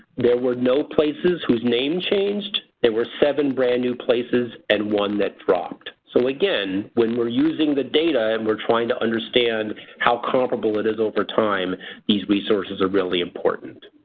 there were no places whose name change. there were seven brand-new places and one that dropped. so again when we're using the data and we're trying to understand how comparable it is over time these resources are really important.